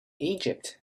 egypt